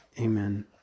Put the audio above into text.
Amen